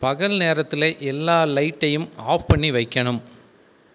பகல் நேரத்தில் எல்லா லைட்டையும் ஆஃப் பண்ணி வைக்கணும்